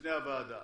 לפני הוועדה.